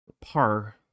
Par